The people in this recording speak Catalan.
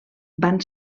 van